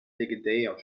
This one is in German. legendär